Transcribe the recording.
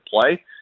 play